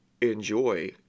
enjoy